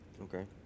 Okay